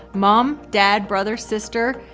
mom, dad, brother, sister,